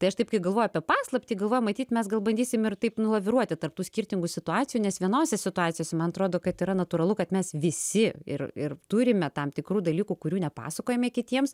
tai aš taip kai galvoju apie paslaptį galvoju matyt mes gal bandysim ir taip nu laviruoti tarp tų skirtingų situacijų nes vienose situacijose man atrodo kad yra natūralu kad mes visi ir ir turime tam tikrų dalykų kurių nepasakojame kitiems